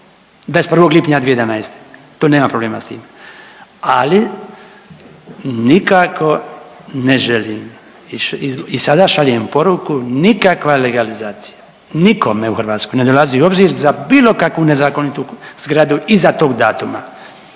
21. lipnja 2011. Tu nema problema s tim, ali nikako ne želim i sada šaljem poruku nikakva legalizacija nikome u Hrvatskoj ne dolazi u obzir za bilo kakvu nezakonitu zgradu iza tog datuma.